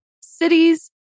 cities